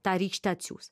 tą rykštę atsiųs